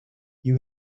you